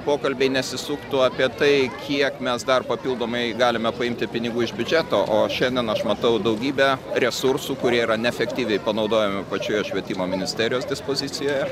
pokalbiai nesisuktų apie tai kiek mes dar papildomai galime paimti pinigų iš biudžeto o šiandien aš matau daugybę resursų kurie yra neefektyviai panaudojami pačioje švietimo ministerijos dispozicijoje